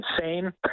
insane